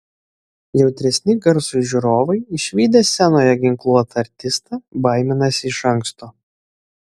jautresni garsui žiūrovai išvydę scenoje ginkluotą artistą baiminasi iš anksto